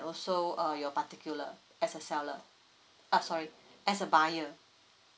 also err your particular as a seller ah sorry as a buyer